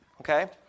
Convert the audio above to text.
Okay